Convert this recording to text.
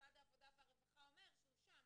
משרד העבודה והרווחה אומר שהוא שם,